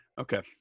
Okay